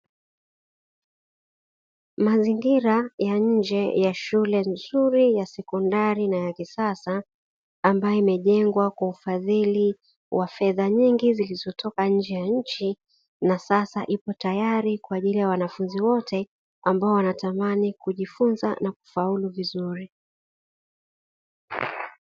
Mazingira ya nje ya shule nzuri ya sekondari na ya kisasa ambayo imejengwa kwa ufadhili wa fedha nyingi zilizotoka nje ya nchi, na sasa ipo tayari kwa ajili ya wanafunzi wote ambao wanatamani kujifunza na kufaulu vizuri.